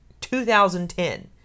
2010